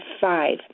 five